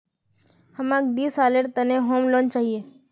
हमाक दी सालेर त न होम लोन चाहिए